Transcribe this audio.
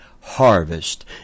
harvest